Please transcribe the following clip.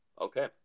Okay